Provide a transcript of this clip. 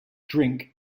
drink